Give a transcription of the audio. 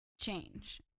change